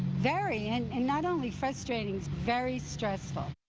very and and not only frustrating very stre.